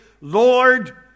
Lord